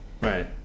Right